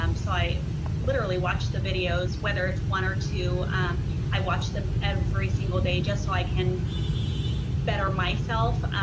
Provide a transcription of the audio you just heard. um so i literally watch the videos whether it's one or two i watch them every single day just so i can better myself.